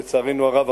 לצערנו הרב,